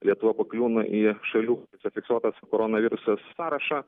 lietuva pakliūna į šalių kuriuose fiksuotas koronavirusas sąrašą